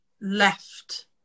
left